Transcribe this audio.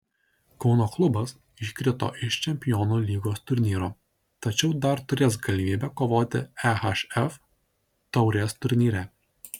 kauno klubas iškrito iš čempionų lygos turnyro tačiau dar turės galimybę kovoti ehf taurės turnyre